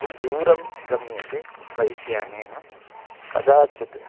बहु दूरं गम्यते बैक् यानेन कदाचित्